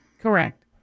Correct